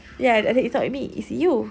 ya the~ and then it's not with me it's you